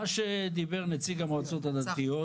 מה שדיבר נציג המועצות הדתיות,